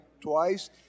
twice